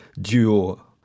duo